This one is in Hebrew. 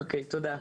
אוקי תודה,